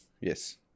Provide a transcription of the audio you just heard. Yes